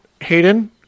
Hayden